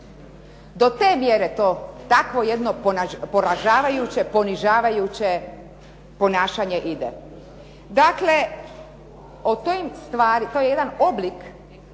Do te mjere to takvo jedno poražavajuće, ponižavajuće ponašanje ide. Dakle, o tim stvarima, to je jedan oblik